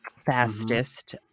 fastest